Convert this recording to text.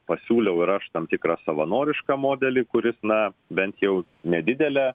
pasiūliau ir aš tam tikrą savanorišką modelį kuris na bent jau nedidelę